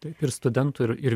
taip ir studentų ir ir